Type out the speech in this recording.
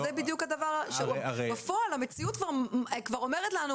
זה בדיוק הדבר, בפועל המציאות כבר אומרת לנו